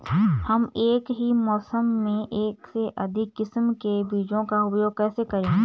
हम एक ही मौसम में एक से अधिक किस्म के बीजों का उपयोग कैसे करेंगे?